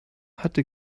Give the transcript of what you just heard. hatte